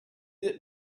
that